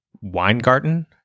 Weingarten